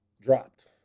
Dropped